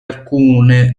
alcune